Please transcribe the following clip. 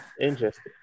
Interesting